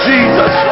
Jesus